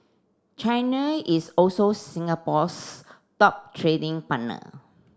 China is also Singapore's top trading partner